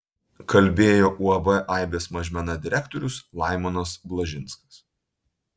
kalbėjo uab aibės mažmena direktorius laimonas blažinskas